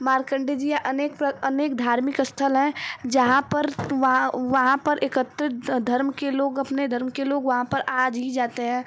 मार्कंडे जी या अनेक अनेक धार्मिक स्थल हैं जहाँ पर वां वहाँ पर एकत्रित धर्म के लोग अपने धर्म के लोग वहाँ पर आ जी जाते हैं